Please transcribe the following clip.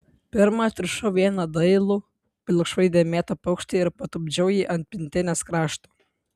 pirma atrišau vieną dailų pilkšvai dėmėtą paukštį ir patupdžiau jį ant pintinės krašto